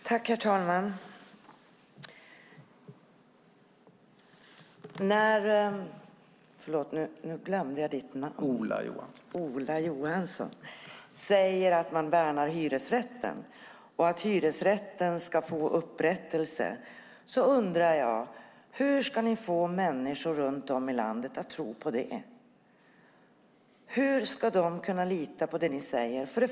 Herr talman! När Ola Johansson säger att man värnar hyresrätten och att hyresrätten ska få upprättelse undrar jag: Hur ska ni få människor runt om i landet att tro på det? Hur ska de kunna lita på det ni säger?